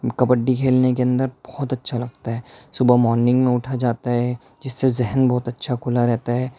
کبڈی کھیلنے کے اندر بہت اچھا لگتا ہے صبح مارننگ میں اٹھا جاتا ہے جس سے ذہن بہت اچھا کھلا رہتا ہے